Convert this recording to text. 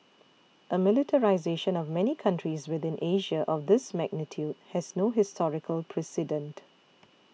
a militarisation of many countries within Asia of this magnitude has no historical precedent